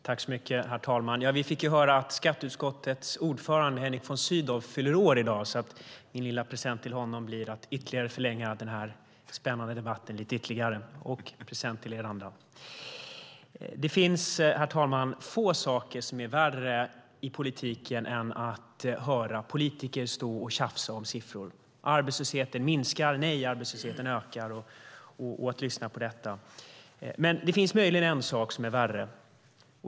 Herr talman! Vi fick höra att skatteutskottets ordförande Henrik von Sydow fyller år i dag. Min lilla present till honom, och till er andra, blir att ytterligare förlänga den här spännande debatten. Det finns, herr talman, få saker som är värre i politiken än att höra politiker stå och tjafsa om siffror. Arbetslösheten minskar. Nej, arbetslösheten ökar. Det finns möjligen en sak som är värre.